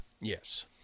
Yes